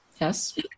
Yes